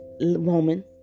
woman